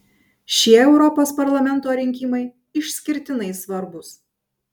šie europos parlamento rinkimai išskirtinai svarbūs